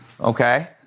okay